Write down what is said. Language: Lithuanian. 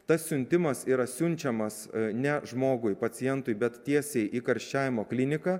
tas siuntimas yra siunčiamas ne žmogui pacientui bet tiesiai į karščiavimo kliniką